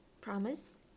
Promise